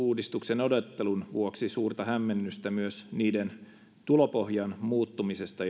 uudistuksen odottelun vuoksi suurta hämmennystä myös niiden tulopohjan muuttumisesta